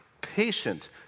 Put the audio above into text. patient